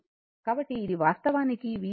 కాబట్టి ఇది వాస్తవానికి v అనంతం v0 v అనంతం e tτ